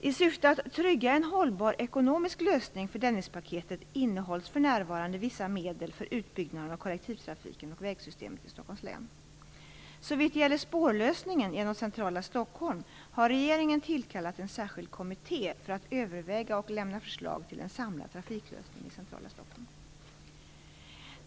I syfte att trygga en hållbar ekonomisk lösning för Dennispaketet innehålls för närvarande vissa medel för utbyggnaden av kollektivtrafiken och vägsystemet i Stockholms län. Såvitt gäller spårlösningen genom centrala Stockholm har regeringen tillkallat en särskild kommitté för att överväga och lämna förslag till en samlad trafiklösning i centrala Stockholm.